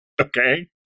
Okay